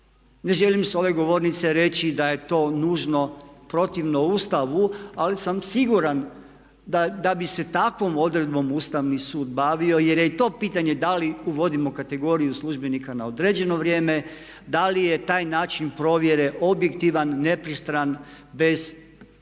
Ne želim s ove govornice reći da je to nužno protivno Ustavu ali sam siguran da bi se takvom odredbom Ustavni sud bavio jer je i to pitanje da li uvodimo kategoriju službenika na određeno vrijeme, da li je taj način provjere objektivan, nepristran bez provjere